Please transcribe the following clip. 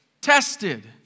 tested